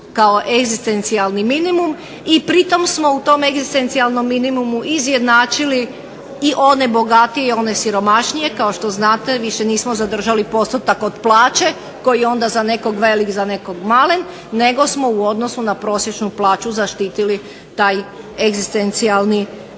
kao egzistencijalni minimum. I pri tome smo u tome egzistencijalnom minimumu izjednačili i one siromašnije. Kao što znate više nismo zadržali postotak od plaće koji je onda za nekog velik za nekog malen, nego smo u odnosu na prosječnu plaću zaštitili taj egzistencijalni minimum.